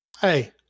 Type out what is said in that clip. Hey